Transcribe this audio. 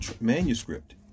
manuscript